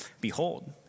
behold